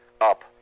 up